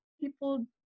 people